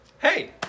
Hey